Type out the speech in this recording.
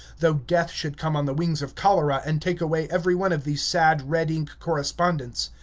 though death should come on the wings of cholera and take away every one of these sad, red-ink correspondents.